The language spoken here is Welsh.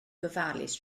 gofalus